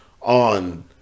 on